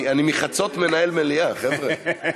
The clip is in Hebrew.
אני מחצות מנהל מליאה, חבר'ה.